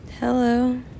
Hello